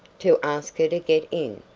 to ask her to get in,